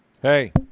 Hey